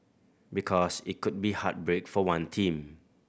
because it could be heartbreak for one team